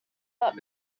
but